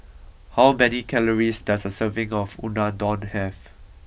how many calories does a serving of Unadon have